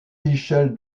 michel